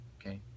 Okay